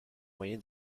moyen